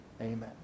amen